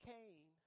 Cain